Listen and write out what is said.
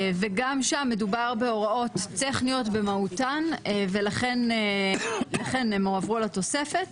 גם שם מדובר בהוראות טכניות במהותן ולכן הן הועברו לתוספת.